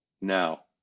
now